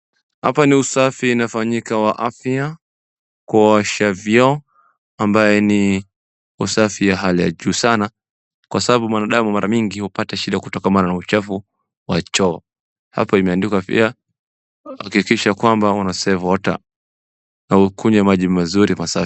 Hapa ni usafi inafanyika wa afya, kusoaha vioo ambaye ni usafi wa hali ya juu sana kwa sababu mwandamu mara nyingi hata shida kutokana na uchafu wa choo. Hapa pia imeandikwa pia hakikisha kwamba una save water mna ukunywe maji mazuri masafi.